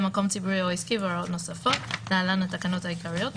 מקום ציבורי או עסקי והוראות נוספות) (להלן התקנות העיקריות),